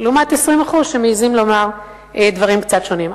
לעומת 20% שמעזים לומר דברים קצת שונים.